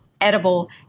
edible